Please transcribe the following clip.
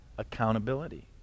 accountability